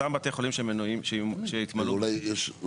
אותם בתי חולים שיתמלאו --- אולי יש,